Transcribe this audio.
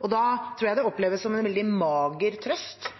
Da tror jeg det oppleves som en veldig mager trøst